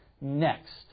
next